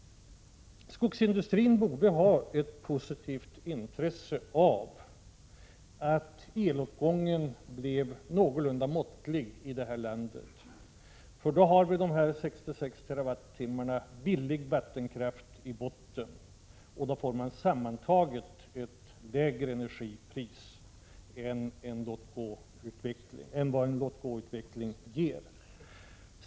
Skogsindustrin borde ha ett positivt intresse för en någorlunda måttlig elförbrukning i det här landet. Vi har ju de 66 terawattimmarna billig vattenkraft i botten. Sammantaget ger låg förbrukning ett lägre energipris än vad en låt-gåutveckling skulle ge.